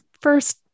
first